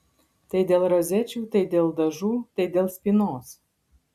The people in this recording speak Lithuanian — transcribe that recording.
tai dėl rozečių tai dėl dažų tai dėl spynos